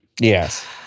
Yes